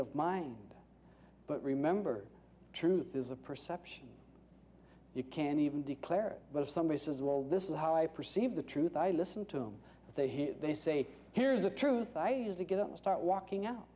of mind but remember truth is a perception you can even declare but if somebody says well this is how i perceive the truth i listen to them if they hear they say here's the truth i used to get up and start walking out